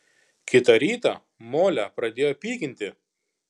kitą rytą molę pradėjo pykinti